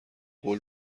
قول